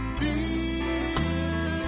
feel